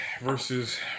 versus